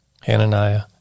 Hananiah